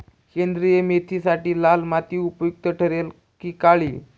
सेंद्रिय मेथीसाठी लाल माती उपयुक्त ठरेल कि काळी?